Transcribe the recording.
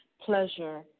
Pleasure